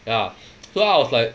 ya so I was like